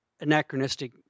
anachronistic